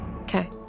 Okay